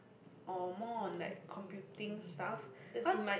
or more on like computing stuff cause